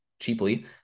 cheaply